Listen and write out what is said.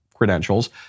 credentials